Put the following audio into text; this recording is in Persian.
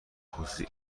خصوصی